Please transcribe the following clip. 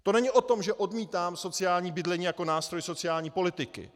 To není o tom, že odmítám sociální bydlení jako nástroj sociální politiky.